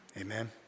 Amen